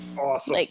Awesome